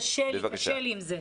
קשה לי עם זה.